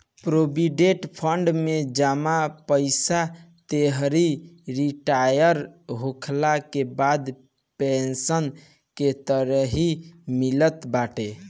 provident fund में जमा पईसा तोहरी रिटायर होखला के बाद पेंशन के तरही मिलत बाटे